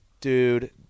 Dude